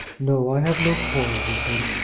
no i have no quarrel with him.